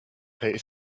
pay